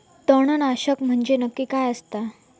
तणनाशक म्हंजे नक्की काय असता?